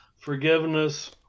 Forgiveness